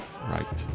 right